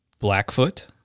Blackfoot